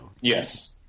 Yes